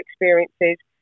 experiences